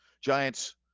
Giants